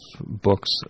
books